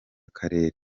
karere